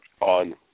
on